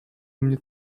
mnie